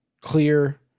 Clear